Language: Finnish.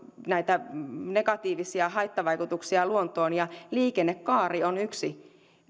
näitä negatiivisia haittavaikutuksia luontoon ja liikennekaari on yksi